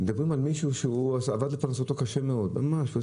מדברים על מישהו שעבד לפרנסתו קשה מאוד, ממש.